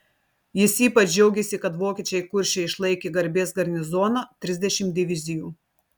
jis ypač džiaugėsi kad vokiečiai kurše išlaikė garbės garnizoną trisdešimt divizijų